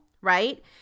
right